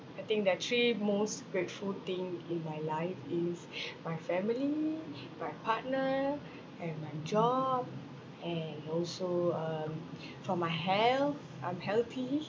I think the three most grateful thing in my life is my family my partner and my job and also um for my health I'm healthy